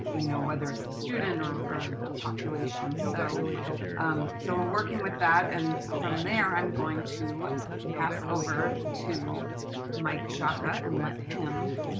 you know, whether it's the student or or the population. so um so we're working with that, and from there, i'm going to pass over to mike sciacca and let him